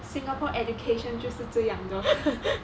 singapore education 就是这样的啦